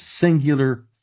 singular